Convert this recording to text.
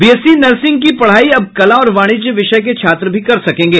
BSc nursing की पढ़ाई अब कला और वाणिज्य विषय के छात्र भी कर सकेंगे